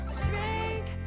shrink